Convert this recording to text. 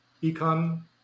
become